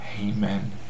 Amen